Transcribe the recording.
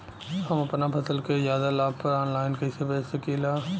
हम अपना फसल के ज्यादा लाभ पर ऑनलाइन कइसे बेच सकीला?